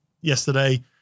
yesterday